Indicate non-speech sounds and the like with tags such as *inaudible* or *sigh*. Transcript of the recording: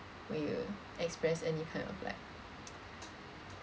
when you express any kind of like *noise*